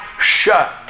shut